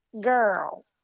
Girl